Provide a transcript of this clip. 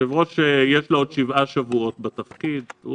ליושב-ראש עוד שבעה שבועות בתפקיד.